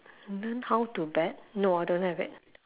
learn how to bet no I don't have that